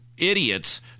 idiots